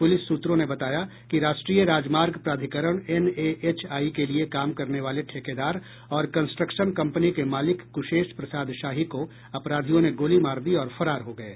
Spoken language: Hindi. पूलिस सूत्रों ने बताया कि राष्ट्रीय राजमार्ग प्राधिकरण एनएएचआई के लिए काम करने वाले ठेकेदार और कंस्ट्रक्शन कंपनी के मालिक क्शेस प्रसाद शाही को अपराधियों ने गोली मार दी और फरार हो गये